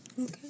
Okay